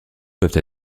peuvent